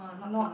not